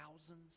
thousands